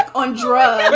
on drugs i but